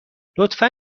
لطفا